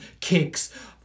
kicks